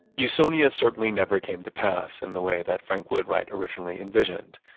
usonia certainly never came to pass in the way that frank lloyd wright originally envisioned,